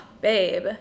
babe